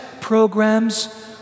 programs